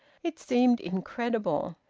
it seemed incredible.